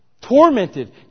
tormented